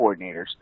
coordinators